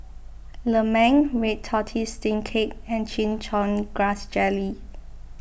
Lemang Red Tortoise Steamed Cake and Chin Chow Grass Jelly